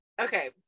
okay